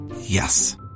Yes